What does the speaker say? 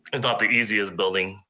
it's not the easiest building.